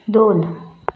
दोन